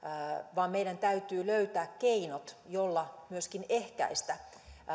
vaan meidän täytyy löytää keinot joilla myöskin ehkäistä